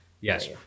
yes